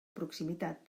proximitat